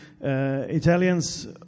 Italians